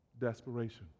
desperation